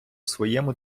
своєму